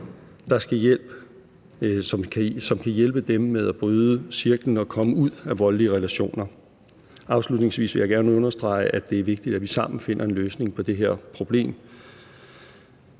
som kan hjælpe dem med at bryde cirklen og komme ud af voldelige relationer. Afslutningsvis vil jeg gerne understrege, at det er vigtigt, at vi sammen finder en løsning på det her problem,